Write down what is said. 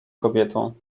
kobietą